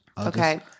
Okay